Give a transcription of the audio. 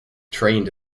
trained